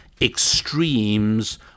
extremes